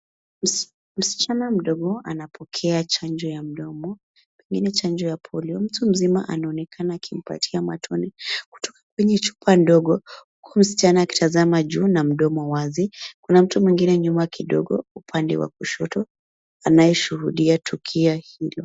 Msichana mdogo anapokea chanjo ya mdomo pengine chanjo ya Polio, mtu mzima anaonekana akimpatia matone kutoka kwenye chupa ndogo huku msichana akitazama juu na mdomo wazi. Kuna mtu mwingine nyuma kidogo upande wa kushoto anayeshuhudia tukio hilo.